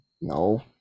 No